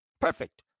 Perfect